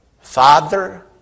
Father